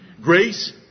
Grace